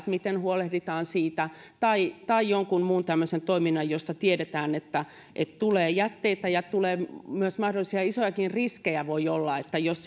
miten huolehditaan esimerkiksi kaivosten osalta tai jonkun muun tämmöisen toiminnan osalta josta tiedetään että että tulee jätteitä ja mahdollisia isojakin riskejä voi olla että jos